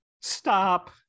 stop